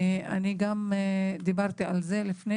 אני דיברתי על זה בעבר,